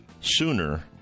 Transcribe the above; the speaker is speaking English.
sooner